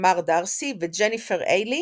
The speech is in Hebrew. כמר דארסי וג'ניפר אילי